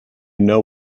know